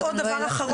רק עוד דבר אחרון,